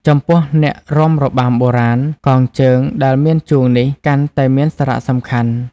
ចំពោះ អ្នករាំរបាំបុរាណ កងជើងដែលមានជួងនេះកាន់តែមានសារៈសំខាន់។